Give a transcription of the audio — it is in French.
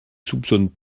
soupçonnes